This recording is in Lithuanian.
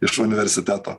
iš universiteto